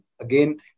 again